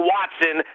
Watson